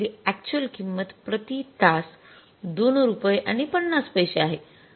आपण दिलेली अक्चुअल किंमत प्रति तास २ रुपये आणि ५० पैसे आहे